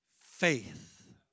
faith